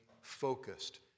focused